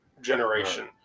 generation